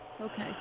Okay